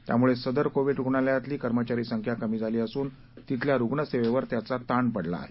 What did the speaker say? त्यामुळे सदर कोविड रुग्णालयातली कर्मचारी संख्या कमी झाली असून तिथल्या रुग्णसेवेवर त्याचा ताण पडला आहे